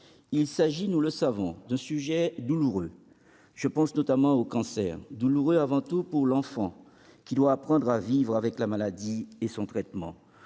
Il s'agit, nous le savons, d'un sujet douloureux- je pense notamment au cancer. Il est douloureux avant tout pour l'enfant, qui doit apprendre à vivre avec la maladie et son traitement